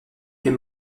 est